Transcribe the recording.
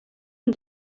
een